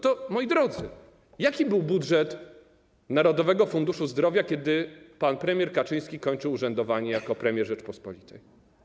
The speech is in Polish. To, moi drodzy, jaki był budżet Narodowego Funduszu Zdrowia, kiedy pan premier Kaczyński kończył urzędowanie jako premier Rzeczypospolitej?